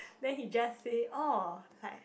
then he just say oh like